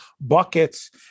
buckets